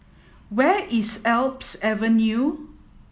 where is Alps Avenue